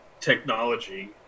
technology